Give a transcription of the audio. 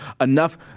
enough